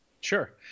Sure